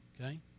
Okay